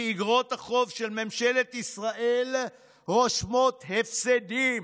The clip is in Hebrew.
כי איגרות החוב של ממשלת ישראל רושמות הפסדים,